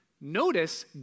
notice